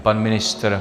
Pan ministr?